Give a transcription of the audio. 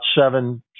seven